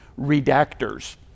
redactors